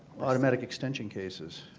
automatic extension cases.